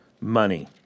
money